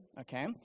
Okay